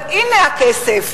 אבל הנה הכסף,